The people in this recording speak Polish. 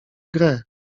grę